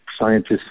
scientists